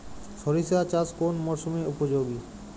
সরিষা চাষ কোন মরশুমে উপযোগী?